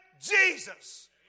Jesus